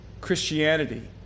Christianity